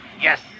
Yes